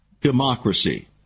democracy